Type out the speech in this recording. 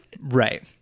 right